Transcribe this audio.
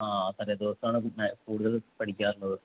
ആ തലേ ദിവസമാണ് കൂടുതൽ പഠിക്കാറുള്ളത്